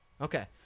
Okay